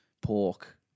pork